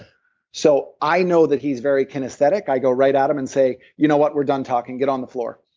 so i know that he's very kinesthetic. i go right at him and say, you know what we're done talking, get on the floor.